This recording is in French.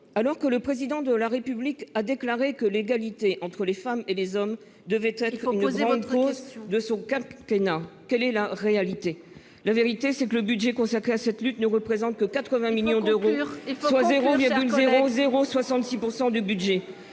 Alors que le Président de la République a déclaré que l'égalité entre les femmes et les hommes devait être une grande cause de son quinquennat, quelle est la réalité ? La vérité, c'est que le budget consacré à cette lutte ne représente que 80 millions d'euros, soit 0,0066 % du budget.